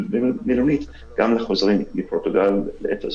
במלונית גם לחוזרים מפורטוגל בעת הזאת.